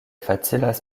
facilas